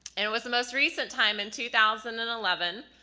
and it was the most recent time in two thousand and eleven,